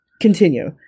Continue